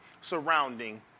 surrounding